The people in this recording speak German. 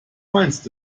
meinst